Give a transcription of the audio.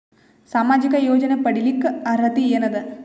ಸಾಮಾಜಿಕ ಯೋಜನೆ ಪಡಿಲಿಕ್ಕ ಅರ್ಹತಿ ಎನದ?